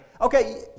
Okay